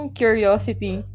curiosity